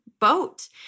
boat